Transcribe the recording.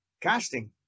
casting